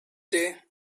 day